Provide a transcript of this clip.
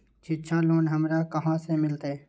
शिक्षा लोन हमरा कहाँ से मिलतै?